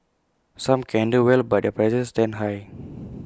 some can handle well but their prices stand high